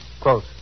quote